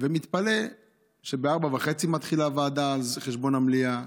ומתפלא שב-16:30 מתחילה ועדה על חשבון המליאה,